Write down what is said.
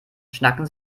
schnacken